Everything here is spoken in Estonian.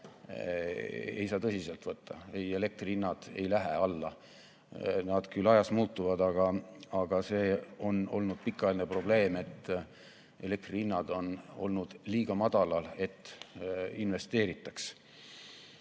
ei saa tõsiselt võtta. Ei, elektri hinnad ei lähe alla. Need küll ajas muutuvad, aga see on olnud pikaajaline probleem, et elektri hinnad on olnud liiga madalal selleks, et investeeritaks.